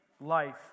life